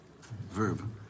verb